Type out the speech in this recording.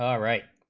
um right